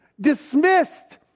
dismissed